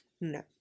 No